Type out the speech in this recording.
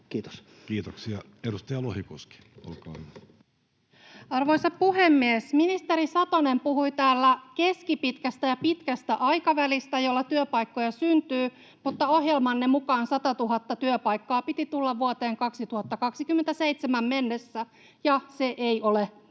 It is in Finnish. Kiitos. Kiitoksia. — Edustaja Lohikoski, olkaa hyvä. Arvoisa puhemies! Ministeri Satonen puhui täällä keskipitkästä ja pitkästä aikavälistä, jolla työpaikkoja syntyy, mutta ohjelmanne mukaan 100 000 työpaikkaa piti tulla vuoteen 2027 mennessä, ja se ei ole